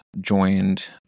joined